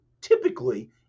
typically